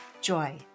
joy